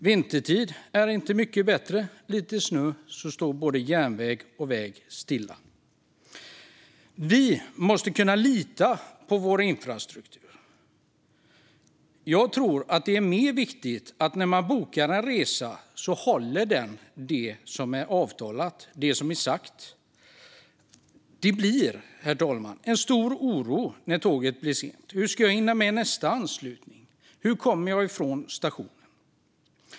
Vintertid är det inte mycket bättre - lite snö så står både järnväg och vägtrafik stilla. Vi måste kunna lita på vår infrastruktur. När man bokar en resa tror jag att det är mer viktigt att det som är avtalat hålls. Det blir en stor oro när tåget är sent, herr talman: Hur ska jag hinna med nästa anslutning? Hur kommer jag ifrån stationen?